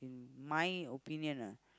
my opinion lah